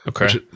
Okay